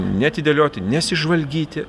neatidėlioti nesižvalgyti